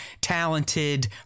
talented